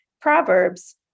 Proverbs